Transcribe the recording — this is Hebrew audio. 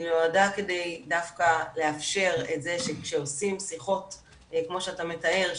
היא נועדה כדי דווקא לאפשר את זה שכשעושים שיחות כמו שאתה מתאר,